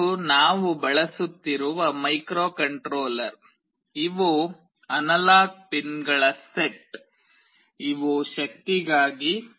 ಇದು ನಾವು ಬಳಸುತ್ತಿರುವ ಮೈಕ್ರೊಕಂಟ್ರೋಲರ್ ಇವು ಅನಲಾಗ್ ಪಿನ್ಗಳ ಸೆಟ್ ಇವು ಶಕ್ತಿಗಾಗಿ